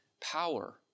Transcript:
power